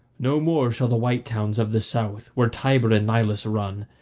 no more shall the white towns of the south, where tiber and nilus run,